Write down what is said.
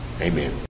Amen